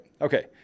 Okay